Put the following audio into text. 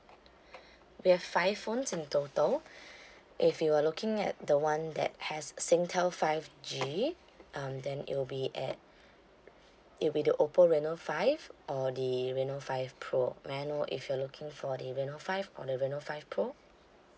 we have five phones in total if you are looking at the one that has singtel five G um then it will be at it will be oppo reno five or the reno five pro may I know if you're looking for the reno five or the reno five pro